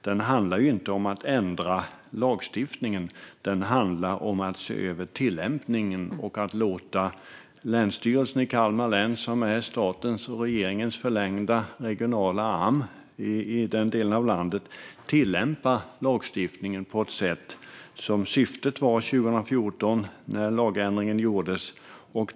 Den handlar inte om att ändra lagstiftningen utan om att se över tillämpningen och att låta Länsstyrelsen i Kalmar län, som är statens och regeringens förlängda arm i den regionen tillämpa lagstiftningen på ett sätt som är i enlighet med vad syftet var när lagändringen gjordes 2014.